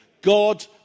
God